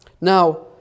Now